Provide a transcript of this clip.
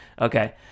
okay